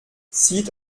zieht